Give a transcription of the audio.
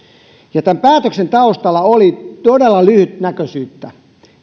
tämän päätöksen taustalla oli todella lyhytnäköisyyttä